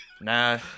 Nah